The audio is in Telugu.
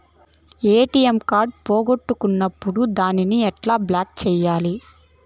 ఎ.టి.ఎం కార్డు పోగొట్టుకున్నప్పుడు దాన్ని ఎట్లా బ్లాక్ సేయాలి